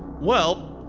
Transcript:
well,